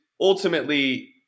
ultimately